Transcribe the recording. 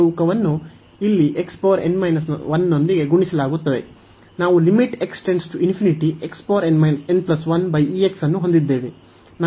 ಈ ಇಲ್ಲಿ ನೊಂದಿಗೆ ಗುಣಿಸಲಾಗುತ್ತದೆ ನಾವು ಅನ್ನು ಹೊಂದಿದ್ದೇವೆ